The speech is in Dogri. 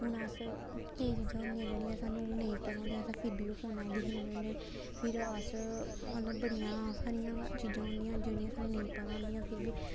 हून अस केईं चीजां होंदियां जेह्ड़ियांं सानूं नेईं पता होंदियां असें फ्ही बी ओह् फोने च दिक्खी लैन्ने होन्ने फिर अस मतलब बड़ियां सारियां चीजां होंदियां जेह्ड़ियां सानू नेईं पता होंदियां फिर बी